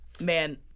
Man